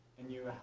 and you